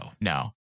No